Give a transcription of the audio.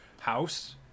house